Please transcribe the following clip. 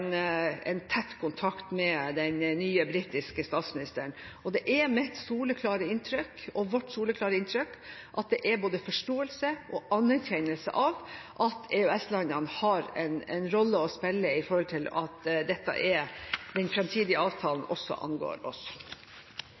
tett kontakt med den nye britiske statsministeren. Det er mitt soleklare inntrykk og vårt soleklare inntrykk at det er både forståelse for og anerkjennelse av at EØS-landene har en rolle å spille i forhold til at den framtidige avtalen også angår oss.